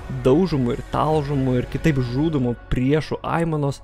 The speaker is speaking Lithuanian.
daužomų ir talžomų ir kitaip žudomų priešų aimanos